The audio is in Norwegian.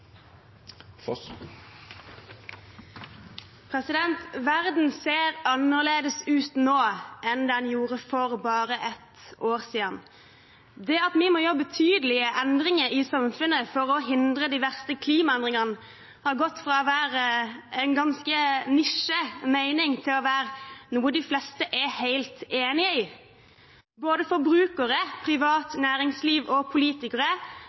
Verden ser annerledes ut nå enn den gjorde for bare ett år siden. Det at vi må gjøre betydelige endringer i samfunnet for å hindre de verste klimaendringene, har gått fra å være en ganske nisje-mening til å være noe de fleste er helt enig i. Både forbrukere,